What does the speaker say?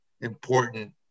important